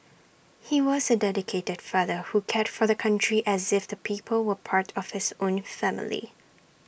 he was A dedicated father who cared for the country as if the people were part of his own family